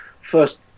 first